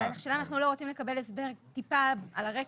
השאלה אם אנחנו רוצים לקבל הסבר על הרקע.